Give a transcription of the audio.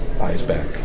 eyes-back